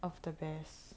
of the best